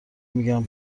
میگن